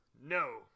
No